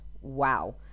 wow